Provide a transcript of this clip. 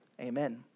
Amen